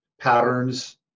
patterns